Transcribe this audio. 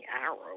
arrow